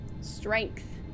strength